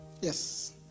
Yes